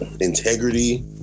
integrity